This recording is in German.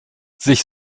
sich